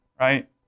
right